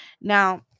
Now